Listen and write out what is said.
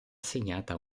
assegnata